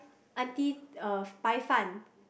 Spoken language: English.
aunty uh bai-fan